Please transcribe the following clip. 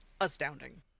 astounding